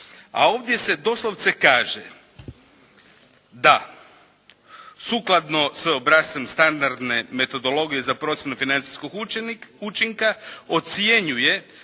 a ovdje se doslovce kaže da sukladno sa obrascem standarde metodologije za procjenu financijskog učinka ocjenjuje